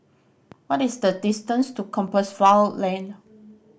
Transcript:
what is the distance to Compassvale Lane